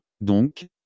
Donc